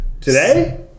today